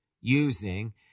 using